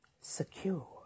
secure